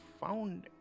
found